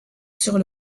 sur